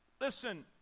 listen